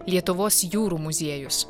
lietuvos jūrų muziejus